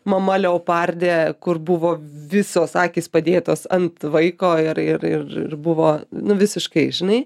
mama leopardė kur buvo visos akys padėtos ant vaiko ir ir ir ir buvo nu visiškai žinai